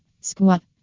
Squat